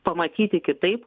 pamatyti kitaip